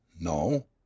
No